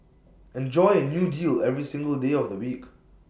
enjoy A new deal every single day of the week